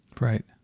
Right